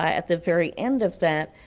at the very end of that,